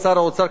שר האוצר,